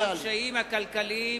רבותי השרים,